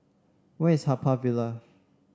where is Haw Par Villa